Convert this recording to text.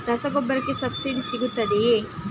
ರಸಗೊಬ್ಬರಕ್ಕೆ ಸಬ್ಸಿಡಿ ಸಿಗುತ್ತದೆಯೇ?